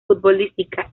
futbolística